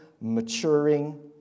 maturing